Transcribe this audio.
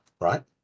right